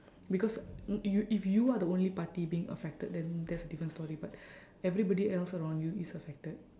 because mm you if you are the only party being affected then that's a different story but everybody else around you is affected